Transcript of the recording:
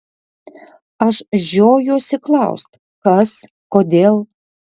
aš žiojuosi klaust kas kodėl